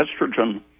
estrogen